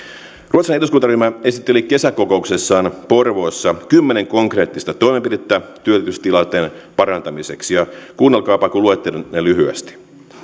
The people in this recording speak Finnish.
ruotsalainen eduskuntaryhmä esitteli kesäkokouksessaan porvoossa kymmenen konkreettista toimenpidettä työllisyystilanteen parantamiseksi ja kuunnelkaapa kun luettelen ne lyhyesti